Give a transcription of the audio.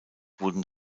wurden